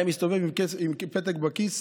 היה מסתובב עם פתק בכיס